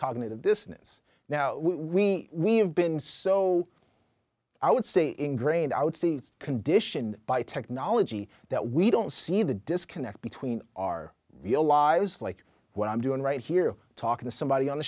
cognitive dissonance now we we have been so i would say ingrained out seats conditioned by technology that we don't see the disconnect between our real lives like what i'm doing right here talking to somebody on the